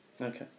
Okay